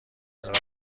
البته